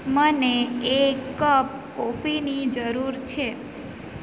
મને એક કપ કોફીની જરૂર છે